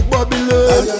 Babylon